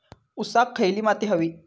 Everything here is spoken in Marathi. ऊसाक खयली माती व्हयी?